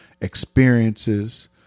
experiences